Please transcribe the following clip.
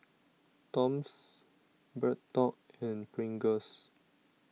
Toms BreadTalk and Pringles